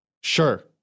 Sure